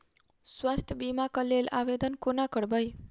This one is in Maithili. स्वास्थ्य बीमा कऽ लेल आवेदन कोना करबै?